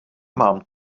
mám